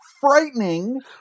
frightening